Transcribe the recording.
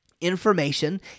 information